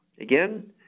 Again